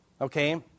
Okay